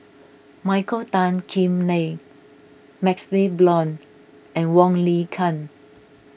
Michael Tan Kim Nei MaxLe Blond and Wong Lin Ken